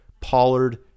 Pollard